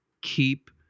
keep